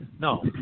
No